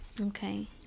Okay